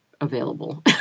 available